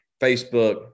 Facebook